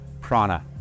prana